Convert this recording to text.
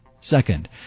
Second